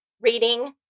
reading